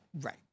Right